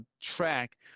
track